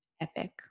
epic